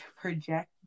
project